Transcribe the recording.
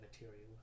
material